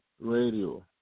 Radio